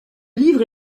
livre